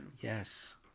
Yes